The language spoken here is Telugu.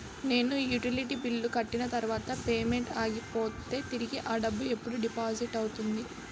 నేను యుటిలిటీ బిల్లు కట్టిన తర్వాత పేమెంట్ ఆగిపోతే తిరిగి అ డబ్బు ఎప్పుడు డిపాజిట్ అవుతుంది?